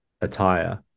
attire